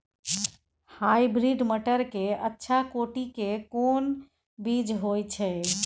Hybrid मटर के अच्छा कोटि के कोन बीज होय छै?